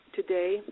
today